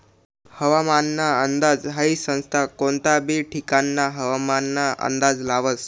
हवामानना अंदाज हाई संस्था कोनता बी ठिकानना हवामानना अंदाज लावस